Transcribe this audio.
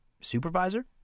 supervisor